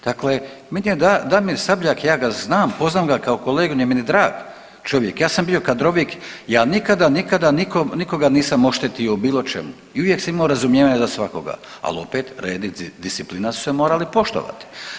Dakle meni je Damir Sabljak, ja ga znam, poznam ga kao kolegu, on je meni drag čovjek, ja sam bio kadrovik, ja nikada nikada nikoga nisam oštetio u bilo čemu i uvijek sam imao razumijevanja za svakoga, ali opet red i disciplina su se morali poštovati.